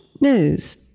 news